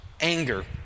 anger